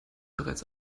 bereits